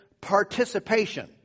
participation